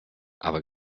aber